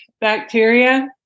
bacteria